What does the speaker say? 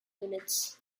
units